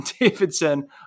Davidson